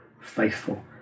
faithful